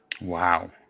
Wow